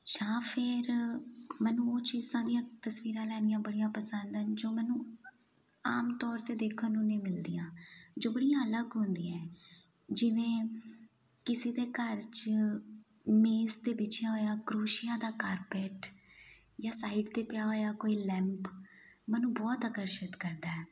ਜਾਂ ਫਿਰ ਮੈਨੂੰ ਉਹ ਚੀਜ਼ਾਂ ਦੀਆਂ ਤਸਵੀਰਾਂ ਲੈਣੀਆਂ ਬੜੀਆਂ ਪਸੰਦ ਹਨ ਜੋ ਮੈਨੂੰ ਆਮ ਤੌਰ 'ਤੇ ਦੇਖਣ ਨੂੰ ਨਹੀਂ ਮਿਲਦੀਆਂ ਜੋ ਬੜੀਆਂ ਅਲੱਗ ਹੁੰਦੀਆਂ ਹੈ ਜਿਵੇਂ ਕਿਸੇ ਦੇ ਘਰ 'ਚ ਮੇਜ਼ 'ਤੇ ਵਿਛਿਆ ਹੋਇਆ ਕਰੋਸ਼ੀਆ ਦਾ ਕਾਰਪੈਟ ਜਾਂ ਸਾਈਡ 'ਤੇ ਪਿਆ ਹੋਇਆ ਲੈਂਪ ਮੈਨੂੰ ਬਹੁਤ ਆਕਰਸ਼ਿਤ ਕਰਦਾ ਹੈ